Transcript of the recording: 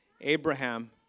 Abraham